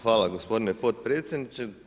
Hvala gospodine potpredsjedniče.